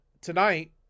tonight